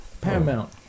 Paramount